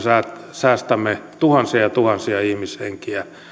säästämme tuhansia ja tuhansia ihmishenkiä